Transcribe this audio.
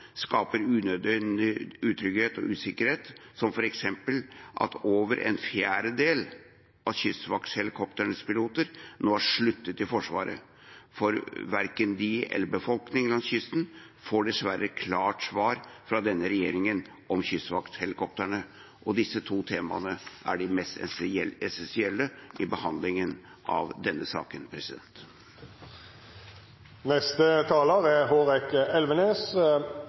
skaper unødig utrygghet og usikkerhet, f.eks. har over en fjerdedel av kystvakthelikoptrenes piloter nå sluttet i Forsvaret. Verken de eller befolkningen langs kysten får dessverre noe klart svar fra denne regjeringen om kystvakthelikoptrene. Disse to temaene er de mest essensielle i behandlingen av denne saken.